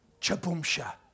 Chaboomsha